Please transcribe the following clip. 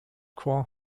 core